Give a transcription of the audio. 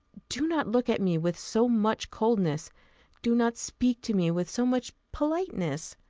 do not look at me with so much coldness do not speak to me with so much politeness.